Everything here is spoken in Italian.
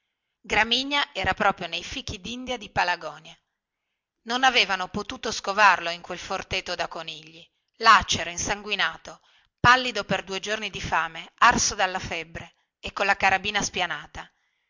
gramigna era nei fichidindia di palagonia che non avevano potuto scovarlo in quel forteto da conigli lacero insanguinato pallido per due giorni di fame arso dalla febbre e colla carabina spianata